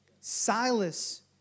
Silas